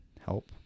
help